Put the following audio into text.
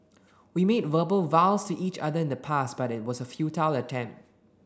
we made verbal vows to each other in the past but it was a futile attempt